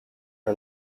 her